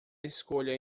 escolha